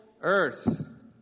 earth